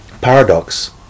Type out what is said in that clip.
paradox